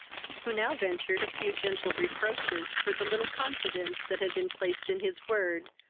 who now ventured a few gentle reproaches for the little confidence that had been placed in his word,